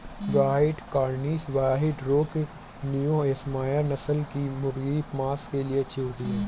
white Cornish, white rock, New Hampshire नस्ल की मुर्गियाँ माँस के लिए अच्छी होती हैं